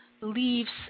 leaves